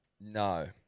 No